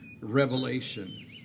Revelation